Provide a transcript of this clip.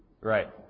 Right